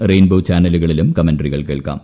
rainbow ചാനലുിക്കുളിലും കമന്ററികൾ കേൾക്കാം